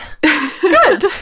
Good